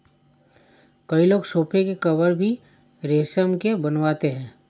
कई लोग सोफ़े के कवर भी रेशम के बनवाते हैं